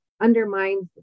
undermines